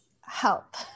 help